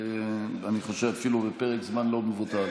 אני חושב אפילו בפרק זמן לא מבוטל.